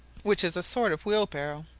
which is a sort of wheelbarrow,